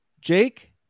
Jake